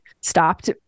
stopped